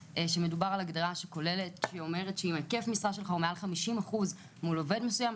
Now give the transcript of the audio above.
מדובר על הגדרה שאומרת שאם היקף המשרה שלך היא מעל 50% מול עובד מסוים,